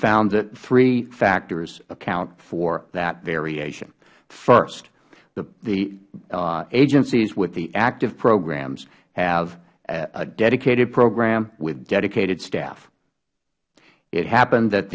found that three factors account for that variation first the agencies with the active programs have a dedicated program with dedicated staff it happened that